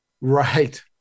Right